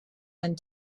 and